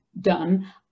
done